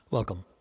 Welcome